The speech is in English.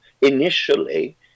initially